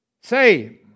Say